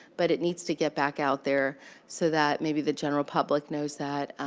but it needs to get back out there so that maybe the general public knows that.